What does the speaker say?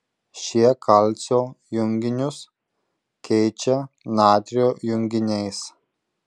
šie kalcio junginius keičia natrio junginiais